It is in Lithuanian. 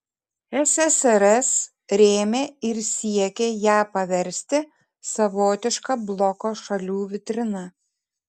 ssrs rėmė ir siekė ją paversti savotiška bloko šalių vitrina